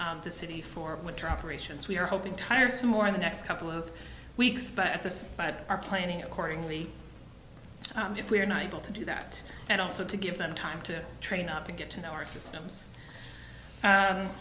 the city for winter operations we are hoping to hire some more in the next couple of weeks but at this our planning accordingly if we are not able to do that and also to give them time to train up to get to know our systems